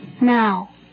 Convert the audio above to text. Now